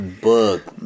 book